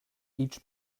each